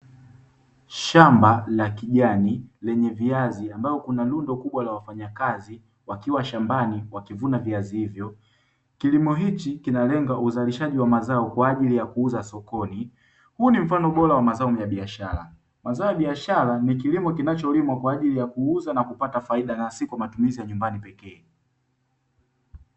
Shamba la kijani lenye viazi ambalo kuna rundo kubwa la wafanyakazi wakiwa shambani wakivuna viazi hivyo. Kilimo hichi kinalenga uzalishaji wa mazao kwa ajili ya kuuza sokoni. Huu ni mfano bora wa mazao ya biashara; mazao ya biashara ni kilimo kinacholimwa kwa ajili ya kuuza na kupata faida na si kwa matumizi ya nyumbani pekee.